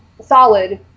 solid